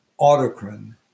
autocrine